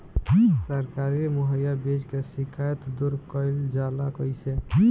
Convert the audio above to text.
सरकारी मुहैया बीज के शिकायत दूर कईल जाला कईसे?